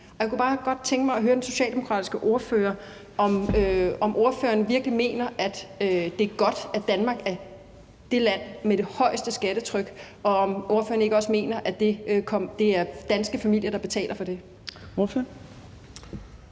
Jeg kunne bare godt tænke mig at høre den socialdemokratiske ordfører, om ordføreren virkelig mener, at det er godt, at Danmark er det land med det højeste skattetryk, og om ordføreren ikke mener, at det er danske familier, der betaler for det.